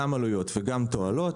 גם מבחינת העלויות וגם מבחינת התועלות.